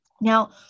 Now